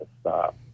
stop